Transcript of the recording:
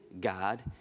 God